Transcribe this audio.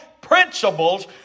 principles